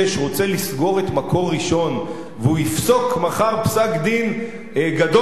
רוצה לסגור את "מקור ראשון" והוא יפסוק מחר פסק-דין גדול מאוד,